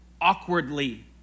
awkwardly